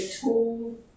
tool